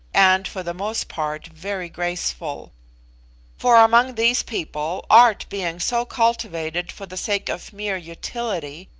and for the most part very graceful for among these people art being so cultivated for the sake of mere utility,